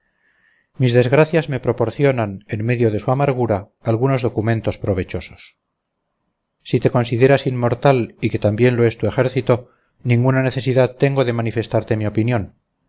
mis desgracias me proporcionan en medio de su amargura algunos documentos provechosos si te consideras inmortal y que también lo es tu ejército ninguna necesidad tengo de manifestarte mi opinión